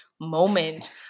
moment